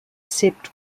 except